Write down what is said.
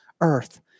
earth